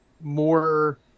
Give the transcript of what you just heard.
more